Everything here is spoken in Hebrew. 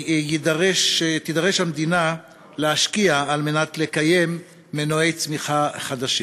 תידרש המדינה להשקיע על מנת לקיים מנועי צמיחה חדשים?